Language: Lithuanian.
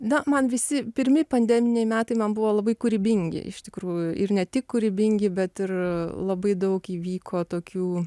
na man visi pirmi pandeminiai metai man buvo labai kūrybingi iš tikrųjų ir ne tik kūrybingi bet ir labai daug įvyko tokių